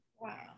Wow